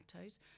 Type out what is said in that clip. lactose